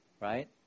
right